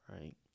right